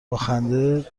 باخنده